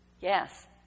Yes